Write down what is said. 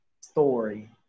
story